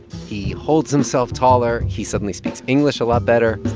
he holds himself taller. he suddenly speaks english a lot better